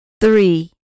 three